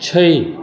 छै